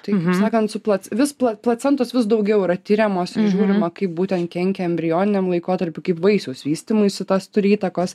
taip sakant su plac vis pla placentos vis daugiau yra tiriamos žiūrima kaip būtent kenkia embrioniniam laikotarpy kaip vaisiaus vystymuisi tas turi įtakos